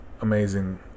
amazing